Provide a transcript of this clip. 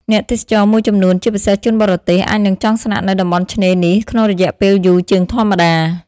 អ្នកទេសចរមួយចំនួន ជាពិសេសជនបរទេស អាចនឹងចង់ស្នាក់នៅតំបន់ឆ្នេរនេះក្នុងរយៈពេលយូរជាងធម្មតា។